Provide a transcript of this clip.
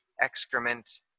excrement